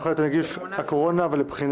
מועדים (הוראת שעה נגיף הקורונה החדש)